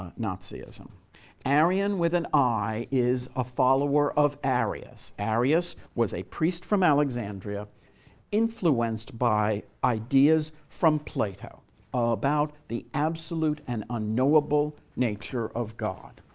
ah nazism. arian with an i is a follower of arius. arius was a priest from alexandria influenced by ideas from plato about the absolute and unknowable nature of god.